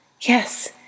Yes